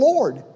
Lord